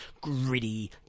gritty